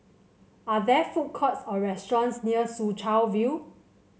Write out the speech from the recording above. are there food courts or restaurants near Soo Chow View